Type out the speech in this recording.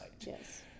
Yes